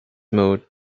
mode